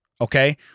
okay